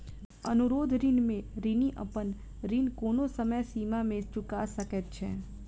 अनुरोध ऋण में ऋणी अपन ऋण कोनो समय सीमा में चूका सकैत छै